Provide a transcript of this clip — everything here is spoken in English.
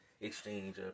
exchange